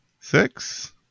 six